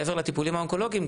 מעבר לטיפולים האונקולוגים,